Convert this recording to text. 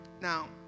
Now